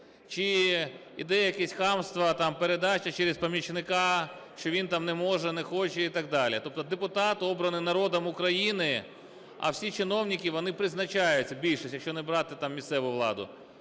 якесь хамство, там передача через помічника, що він там не може, не хоче і так далі. Тобто депутат обраний народом України, а всі чиновники - вони призначаються, більшість, якщо не брати там місцеву владу.